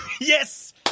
Yes